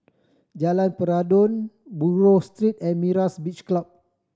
Jalan Peradun Buroh Street and Myra's Beach Club